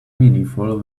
meaningful